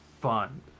fun